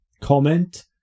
comment